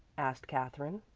asked katherine.